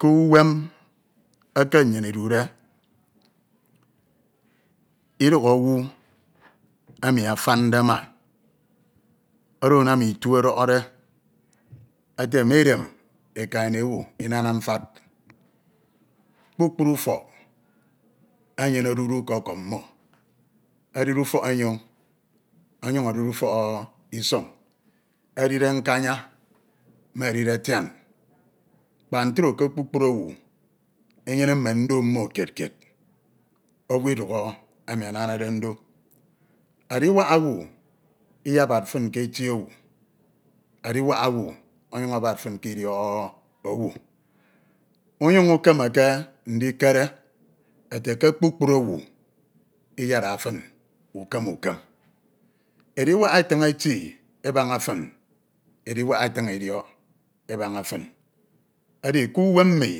K’uwem eke nnyin Idude, Iduhọ owu enh afemde ama oro anam Itie ọdọhọde ete me edem eken ene owu Inana mfad. Kpukpru ufọk enyene odudu ke ọkọm mmo edide ufọk enyoñ onyuñ edide ufọk Isọñ, edide nkanya me edide tiam kpak ntro ke kpukpru enyene mme ndo mmo kied kied, owu Idukhọ emi amanade ndo, ediwak owu Iyabad fin ke eti owu ediwak owu onyuñ abad fin k’idiọk owu unyuñ ukemeke ndikere ete ke kpukpru owu Iyada fin ukem ukem. Ediwak etin eti ebaña fin, ediwak etiñ Idiọk ebaña fin. Edi k’uwem mmi,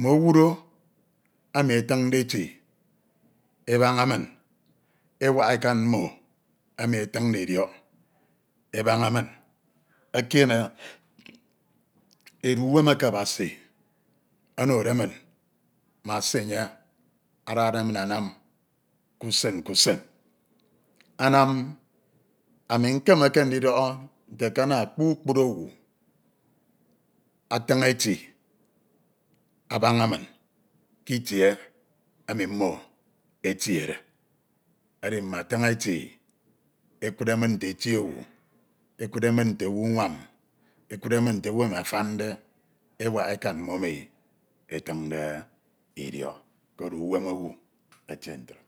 mm’owu do emi etiñde eti ebaña min, ewak ekan mmo emi etiñde Idiọk ebaña min ekiene edu uwem eke Abasi onode min ma se enye adade min anam k’usen k’usen anam ami nkemeke ndidọhọ nte ke ana kpukpru owu atiñ eti abaña min k’itie emi mmo etiede edi mme atin eti ekudde min nte eti owu, ekudde min nte owu unwam, ekudde min nto owu emi afande ewak ekam mmo emi etiñde idiọk koro uwem owu etie ntoo.